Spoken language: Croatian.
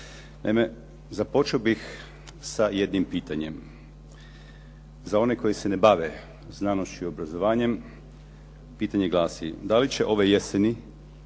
Naime, započeo bih sa jednim pitanjem. Za one koji se ne bave znanošću i obrazovanjem pitanje glasi da li će ove jeseni